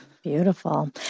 Beautiful